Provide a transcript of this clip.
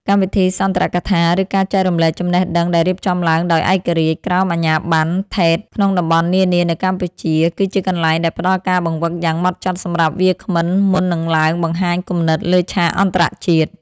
កម្មវិធីសន្ទរកថា ឬការចែករំលែកចំណេះដឹងដែលរៀបចំឡើងដោយឯករាជ្យ ក្រោមអាជ្ញាប័ណ្ណ ថេត ក្នុងតំបន់នានានៅកម្ពុជា គឺជាកន្លែងដែលផ្ដល់ការបង្វឹកយ៉ាងហ្មត់ចត់សម្រាប់វាគ្មិនមុននឹងឡើងបង្ហាញគំនិតលើឆាកអន្តរជាតិ។